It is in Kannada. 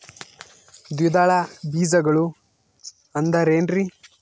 ದ್ವಿದಳ ಬೇಜಗಳು ಅಂದರೇನ್ರಿ?